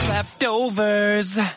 Leftovers